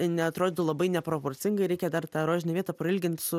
neatrodytų labai neproporcingai reikia dar tą rožinę vietą prailgint su